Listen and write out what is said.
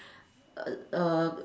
err